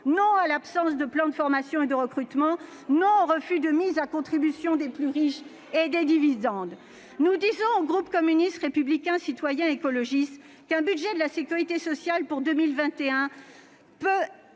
Non à l'absence de plan de formation et de recrutements ! Non, enfin, au refus de mise à contribution des plus riches et des dividendes ! Nous disons, au groupe communiste républicain citoyen et écologiste, qu'un budget de la sécurité sociale pour 2021 tenant compte